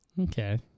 Okay